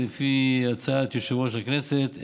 לפי הצעת יושב-ראש הכנסת,